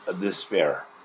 despair